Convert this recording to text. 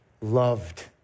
Loved